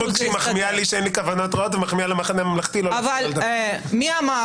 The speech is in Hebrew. אבל מי אמר